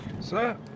Sir